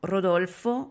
Rodolfo